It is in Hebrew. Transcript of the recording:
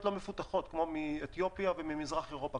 לא מפותחות כמו מאתיופיה וממזרח אירופה.